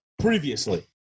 Previously